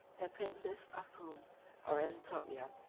the princes of roum or anatolia,